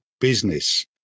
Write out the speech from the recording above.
business